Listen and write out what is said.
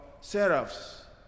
seraphs